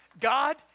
God